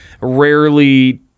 rarely –